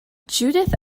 judith